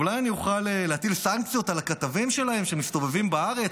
אולי אני אוכל להטיל סנקציות על הכתבים שלהם שמסתובבים בארץ?